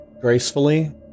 gracefully